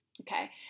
Okay